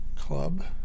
club